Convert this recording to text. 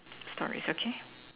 stories okay